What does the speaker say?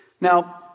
Now